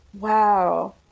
wow